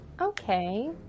Okay